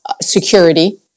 security